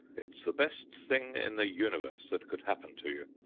it's the best thing in the universe that could happen to you!